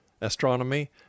astronomy